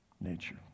nature